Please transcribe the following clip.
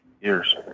years